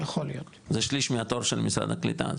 זה שליש מהתור של משרד הקליטה,